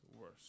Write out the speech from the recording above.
worse